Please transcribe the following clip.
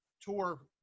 tour